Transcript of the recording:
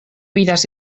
vidas